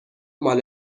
مال